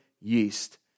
yeast